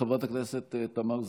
חברת הכנסת תמר זנדברג,